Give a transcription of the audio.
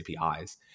APIs